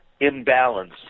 imbalance